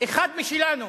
"אחד משלנו".